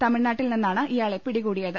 തമിഴ്നാട്ടിൽ നിന്നാണ് ഇയാളെ പിടികൂടിയത്